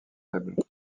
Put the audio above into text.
faible